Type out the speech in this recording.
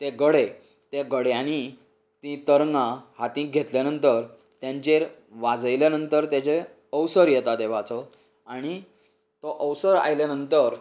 ते गडे ते गड्यांनी ती तरंगां हातीत घेतले नंतर तेंचेर वाजयलें नंतर तेचेर अवसर येता देवाचो आनी तो अवसर आयले नंतर